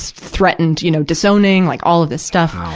threatened, you know, disowning, like all of this stuff.